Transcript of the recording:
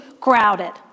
crowded